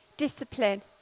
discipline